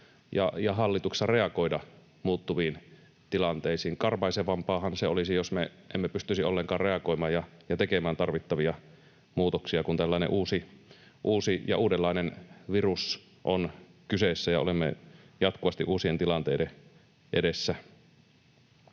ja hallituksessa reagoida muuttuviin tilanteisiin. Karmaisevampaahan se olisi, jos me emme pystyisi ollenkaan reagoimaan ja tekemään tarvittavia muutoksia, kun tällainen uusi ja uudenlainen virus on kyseessä ja olemme jatkuvasti uusien tilanteiden edessä.